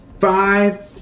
Five